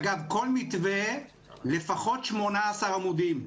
אגב, כל מתווה לפחות 18 עמודים.